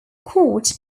court